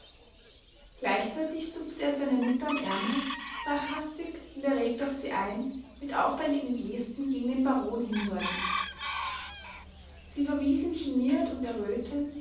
gleichzeitig zupfte er seine mutter am ärmel sprach hastig und erregt auf sie ein mit auffälligen gesten gegen den baron hindeutend sie verwies ihm geniert und errötend